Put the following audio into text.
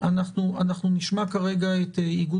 הם אומרים לך שאין את זה,